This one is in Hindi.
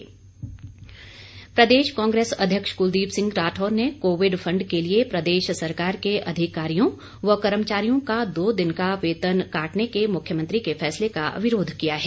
राठौर प्रदेश कांग्रेस अध्यक्ष कुलदीप सिंह राठौर ने कोविड फंड के लिए प्रदेश सरकार के अधिकारीयों व कर्मचारियों का दो दिन का वेतन काटने के मुख्यमंत्री के फैसले का विरोध किया है